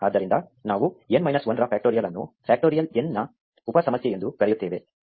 ಆದ್ದರಿಂದ ನಾವು n minus 1 ರ ಫ್ಯಾಕ್ಟರಿಯಲ್ ಅನ್ನು ಫ್ಯಾಕ್ಟರಿಯಲ್ n ನ ಉಪ ಸಮಸ್ಯೆ ಎಂದು ಕರೆಯುತ್ತೇವೆ